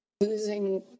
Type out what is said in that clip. losing